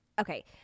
okay